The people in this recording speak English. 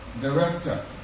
director